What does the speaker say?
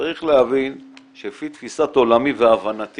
צריך להבין שלפי תפיסת עולמי והבנתי